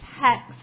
text